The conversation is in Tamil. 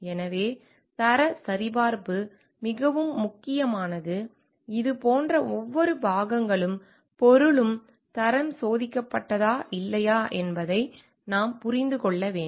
எனவே தரச் சரிபார்ப்பு மிகவும் முக்கியமானது இது போன்ற ஒவ்வொரு பாகங்களும் பொருளும் தரம் சோதிக்கப்பட்டதா இல்லையா என்பதை நாம் புரிந்து கொள்ள வேண்டும்